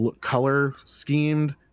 color-schemed